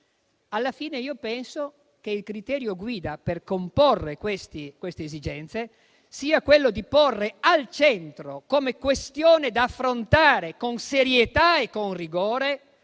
Alla fine, penso che il criterio guida per comporre queste esigenze sia quello di porre al centro, come questione da affrontare con serietà e con rigore,